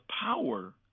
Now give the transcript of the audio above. power